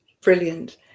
Brilliant